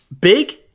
big